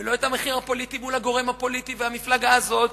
ולא את המחיר הפוליטי מול הגורם הפוליטי והמפלגה הזאת,